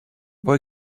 boy